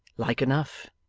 like enough!